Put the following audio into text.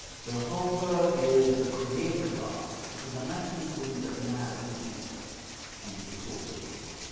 jehovah is the creator god, because the manicheans believed that matter is evil and is the source of evil.